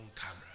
camera